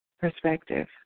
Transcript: perspective